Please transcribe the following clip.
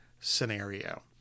scenario